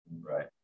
Right